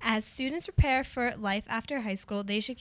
as students are pair for life after high school they should